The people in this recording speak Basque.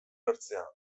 ulertzea